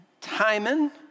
Timon